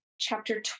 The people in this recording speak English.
chapter